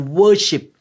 worship